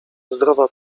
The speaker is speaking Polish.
zdrowa